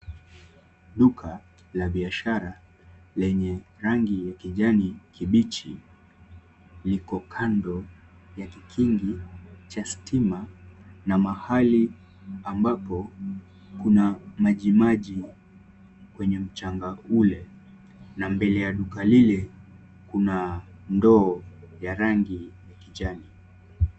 Duka la biashara lenye rangi ya kijani kibichi. Liko kando ya kigingi cha stima na mahali ambapo kuna majimaji kwenye mchanga ule na mbele ya duka lile, kuna ndoo ya rangi ya kijani.